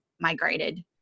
migrated